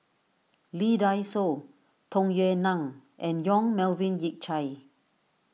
Lee Dai Soh Tung Yue Nang and Yong Melvin Yik Chye